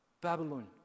Babylon